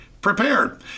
prepared